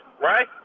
right